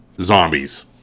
zombies